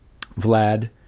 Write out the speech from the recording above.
Vlad